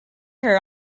her